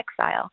exile